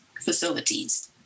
facilities